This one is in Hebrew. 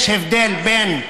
יש הבדל בין מדינה,